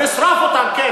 לשרוף אותם, כן.